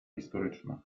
historyczna